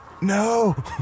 no